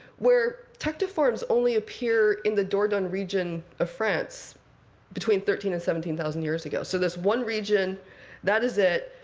where tectiforms only appear in the dourdan region of france between thirteen thousand and seventeen thousand years ago. so this one region that is it.